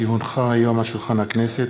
כי הונחה היום על שולחן הכנסת,